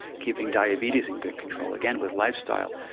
keeping diabetes in good control, again with lifestyle.